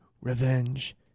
revenge